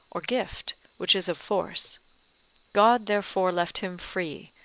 or gift, which is of force god therefore left him free,